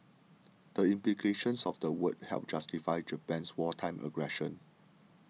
the implications of the word helped justify Japan's wartime aggression